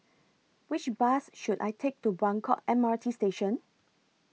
Which Bus should I Take to Buangkok M R T Station